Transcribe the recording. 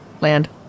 land